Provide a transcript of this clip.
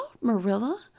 Marilla